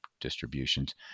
distributions